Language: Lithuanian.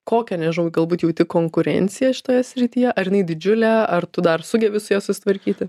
kokią nežinau galbūt jauti konkurenciją šitoje srityje ar jinai didžiulė ar tu dar sugebi su ja susitvarkyti